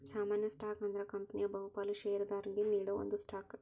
ಸಾಮಾನ್ಯ ಸ್ಟಾಕ್ ಅಂದ್ರ ಕಂಪನಿಯ ಬಹುಪಾಲ ಷೇರದಾರರಿಗಿ ನೇಡೋ ಒಂದ ಸ್ಟಾಕ್